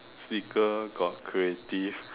speaker got creative